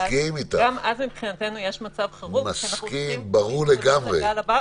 גם אז מבחינתנו יש מצב חירום כי אנחנו צריכים להתכונן לגל הבא.